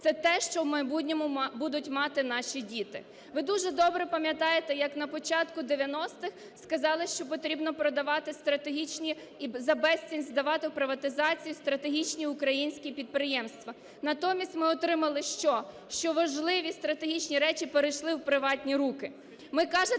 це те, що в майбутньому будуть мати наші діти. Ви дуже добре пам'ятаєте, як на початку 90-х сказали, що потрібно продавати стратегічні і за безцінь здавати у приватизацію стратегічні українські підприємства. Натомість ми отримали що? Що важливі стратегічні речі перейшли в приватні руки.